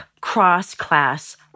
cross-class